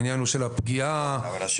העניין הוא של הפגיעה הנוספת.